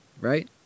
right